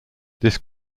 this